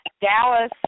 Dallas